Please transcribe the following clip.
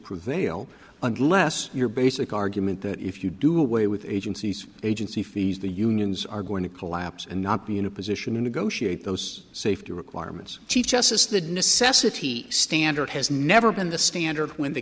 prevail ugh less your basic argument that if you do away with agencies agency fees the unions are going to collapse and not be in a position to negotiate those safety requirements teach us is the necessity standard has never been the standard when the